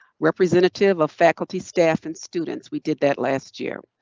we're presentative of faculty, staff and students, we did that last year.